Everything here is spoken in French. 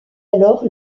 alors